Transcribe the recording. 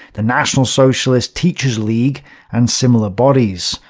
the national socialist teachers' league and similar bodies,